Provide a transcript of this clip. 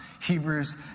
Hebrews